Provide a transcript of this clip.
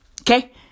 Okay